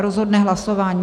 Rozhodne hlasování.